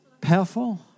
powerful